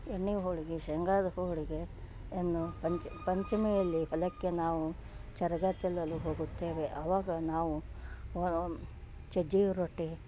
ಎಣ್ಣೆ ಹೋಳ್ಗೆ ಶೇಂಗಾದ ಹೋಳಿಗೆಯನ್ನು ಪಂಚ್ ಪಂಚಮಿಯಲ್ಲಿ ಹೊಲಕ್ಕೆ ನಾವು ಚರಗ ಚೆಲ್ಲಲು ಹೋಗುತ್ತೇವೆ ಅವಾಗ ನಾವು ಸಜ್ಜಿಗೆ ರೊಟ್ಟಿ